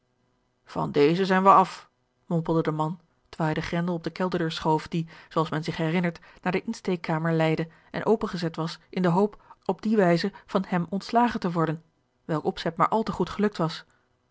van dezen zijn wij af mompelde de man terwijl hij den grendel op de kelderdeur schoof die zoo als men zich herinnert naar de insteekkamer leidde en opengezet was in de hoop op die wijze van hem ontslagen te worden welk opzet maar al te goed gelukt was